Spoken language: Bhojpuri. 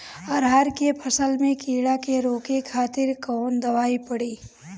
अरहर के फसल में कीड़ा के रोके खातिर कौन दवाई पड़ी?